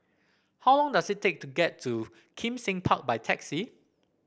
how long does it take to get to Kim Seng Park by taxi